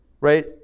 right